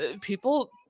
people